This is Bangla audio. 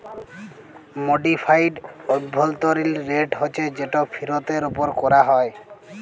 মডিফাইড অভ্যলতরিল রেট হছে যেট ফিরতের উপর ক্যরা হ্যয়